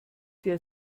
der